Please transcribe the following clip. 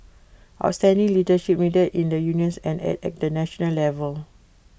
outstanding leadership needed in the unions and at the national level